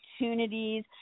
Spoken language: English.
opportunities